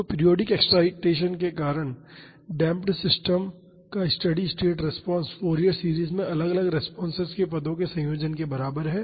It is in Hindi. तो पीरियाडिक एक्साइटेसन के कारण डेमप्ड सिस्टम का steady state response Fourier series में अलग अलग रेस्पॉन्सेस के पदों के संयोजन के बराबर है